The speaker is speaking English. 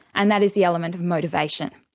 and that is the element of motivation.